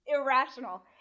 irrational